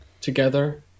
together